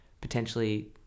potentially